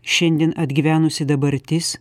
šiandien atgyvenusi dabartis